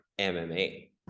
mma